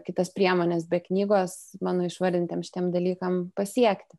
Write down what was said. kitas priemones be knygos mano išvardintiem šitiem dalykam pasiekti